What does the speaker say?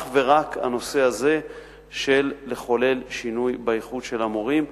אך ורק הנושא הזה של לחולל שינוי באיכות של המורים.